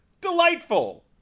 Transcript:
delightful